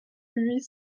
huit